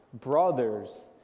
brothers